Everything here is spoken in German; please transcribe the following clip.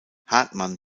hartmann